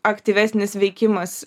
aktyvesnis veikimas